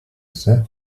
ise